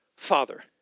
father